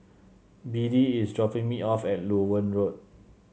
Beadie is dropping me off at Loewen Road